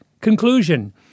conclusion